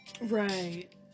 Right